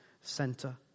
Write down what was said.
center